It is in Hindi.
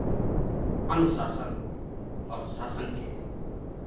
अनुशासन और शासन के